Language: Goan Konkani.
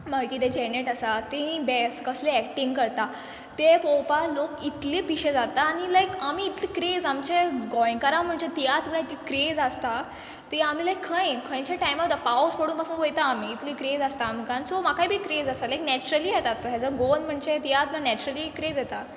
मागीर तें जॅनेट आसा तीं बॅस्ट कसलें एक्टींग करता तें पळोवपा लोक इतले पिशे जाता आनी लायक आमी इतल क्रेज आमचे गोंयकारा म्हुणचे तियात्र म्हुळ्या ती क्रेज आसता ती आमी लायक खंयीय खंयचे टायमा सुद्दां पावस पडूं पासून वयता आमी इतले क्रेज आसता आमकां सो म्हाकाय बी क्रेज आसा लायक नॅचरली येता तो हेज अ गोवन म्हणचे तियात्र न्हू नॅचरली क्रेज येता